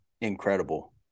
incredible